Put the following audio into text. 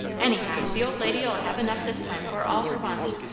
anyhow, the old lady'll have enough this time for all her wants.